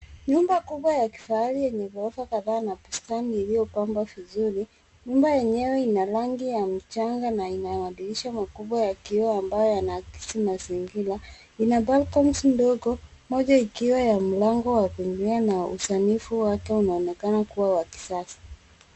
Nyumba kubwa ya kifahari yenye ghorofa kadhaa na bustani iliyopambwa vizuri. Nyumba yenyewe ina rangi ya mchanga na ina madirisha makubwa ya kioo ambayo yanaakisi mazingira .Lina balconies dogo moja ikiwa ya mlango wa kuingia na usanifu wake unaonekana kuwa wa kisasa.